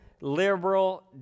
liberal